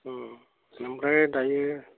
ओमफ्राय दायो